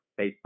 Facebook